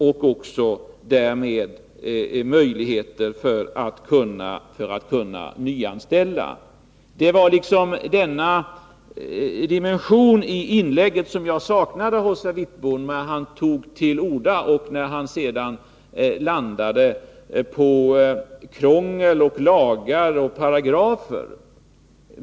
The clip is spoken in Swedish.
Därmed har det skapats möjligheter för att kunna nyanställa. Det var denna dimension som jag saknade i herr Wittboms inlägg, när han tog till orda och sedan landade på krångel, lagar och paragrafer.